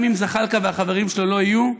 גם אם זחאלקה והחברים שלו לא יהיו,